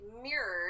mirrored